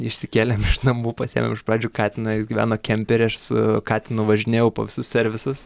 išsikėlėm iš namų pasiėmiau iš pradžių katiną jis gyveno kempery aš su katinu važinėjau po visus servisus